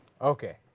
Okay